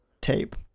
tape